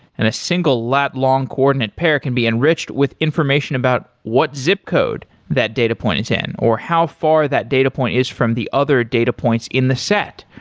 and a single lat long coordinate pair can be enriched with information about what zip code that data point is in, or how far that data point is from the other data points in the set,